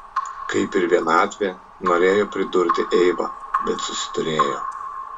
kaip ir vienatvė norėjo pridurti eiva bet susiturėjo